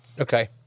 okay